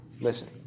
Listen